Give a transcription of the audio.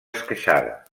esqueixada